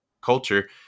culture